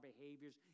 behaviors